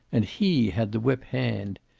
and he had the whip-hand.